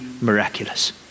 miraculous